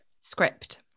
Script